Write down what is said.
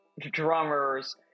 drummers